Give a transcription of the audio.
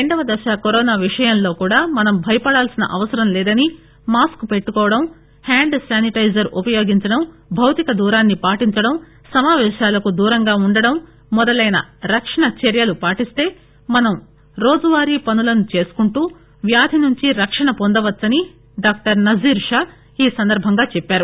రెండవ దశ కరోనా విషయంలో కూడా మనం భయపడాల్సిన అవసరం లేదని మాస్క్ పెట్టుకోవడం హ్యాండ్ శానిటైజర్ ఉపయోగించడం భౌతిక దూరాన్సి పాటించడం సమాపేశాలకు దూరంగా ఉండడం మొదలైన రక్షణ చర్యలను పాటిస్తే మనం రోజువారీ పనులను చేసుకుంటూ వ్యాధి నుండి రక్షణ పొందవచ్చునని డాక్టర్ నావీద్ నజీర్ షా ఈ సందర్భంగా చెప్పారు